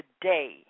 today